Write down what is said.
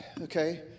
okay